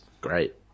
great